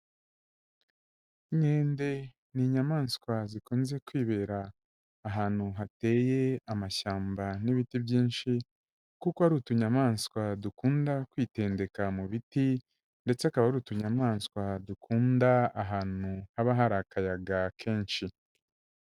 Inkende ni inyamaswa zikunze kwibera ahantu hateye amashyamba n'ibiti byinshi, kuko ari utunyamaswa dukunda kwitendeka mu biti, ndetse akaba ari utunyamaswa dukunda ahantu haba hari akayaga kenshi.